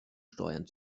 steuern